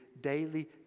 daily